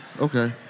okay